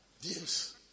Yes